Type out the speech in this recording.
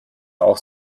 auch